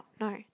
no